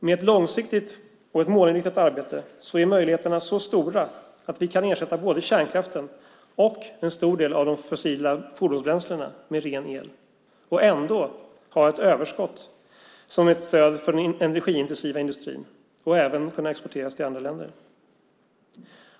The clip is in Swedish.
Med ett långsiktigt och ett målinriktat arbete är möjligheterna så stora att vi kan ersätta både kärnkraften och en stor del av de fossila fordonsbränslena med ren el och ändå ha ett överskott som ett stöd för den energiintensiva industrin. Vi skulle även kunna exportera till andra länder.